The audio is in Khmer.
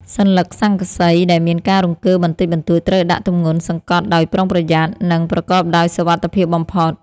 សន្លឹកស័ង្កសីដែលមានការរង្គើបន្តិចបន្តួចត្រូវដាក់ទម្ងន់សង្កត់ដោយប្រុងប្រយ័ត្ន និង ប្រកបដោយសុវត្ថិភាពបំផុត។